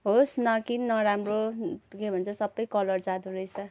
होस् नकिन नराम्रो के भन्छ सबै कलर जाँदो रहेछ